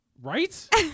Right